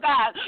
God